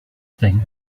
thing